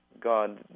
god